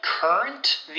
Current